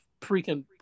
freaking